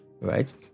right